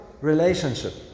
relationship